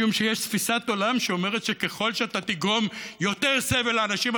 משום שיש תפיסת עולם שאומרת שככל שאתה תגרום יותר סבל לאנשים,